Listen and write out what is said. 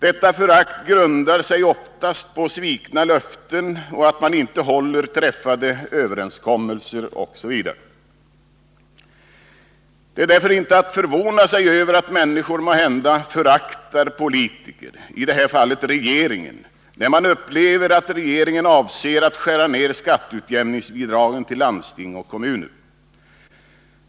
Detta förakt grundar sig oftast på svikna löften och att man inte håller träffade överenskommelser osv. Det är därför inte att förvåna sig över att människor måhända föraktar politiker, i det här fallet regeringen, när man upplever att regeringen avser att skära ner skatteutjämningsbidragen till landsting och kommuner.